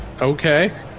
Okay